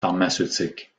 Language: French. pharmaceutique